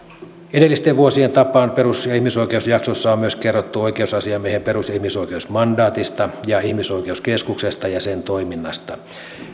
edellisen vuosien tapaan perus ja ihmisoikeusjaksossa on myös kerrottu oikeusasiamiehen perus ja ihmisoikeusmandaatista ja ihmisoikeuskeskuksesta ja sen toiminnasta